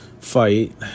fight